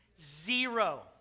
Zero